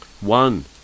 one